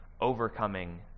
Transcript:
overcoming